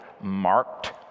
marked